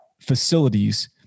facilities